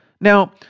Now